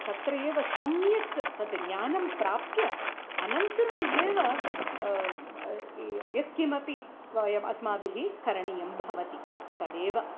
तत्र एव सम्यक् तत् ज्ञानं प्राप्य अनन्तरम् एव यत् किमपि वयमस्माभिः करणीयं भवति तदेव